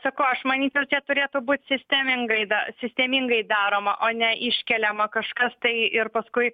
sakau aš manyčiau čia turėtų būt sistemingai sistemingai daroma o ne iškeliama kažkas tai ir paskui